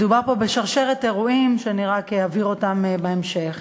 מדובר פה בשרשרת אירועים שאני רק אבהיר אותם בהמשך.